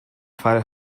fall